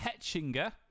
Hetchinger